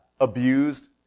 abused